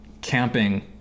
camping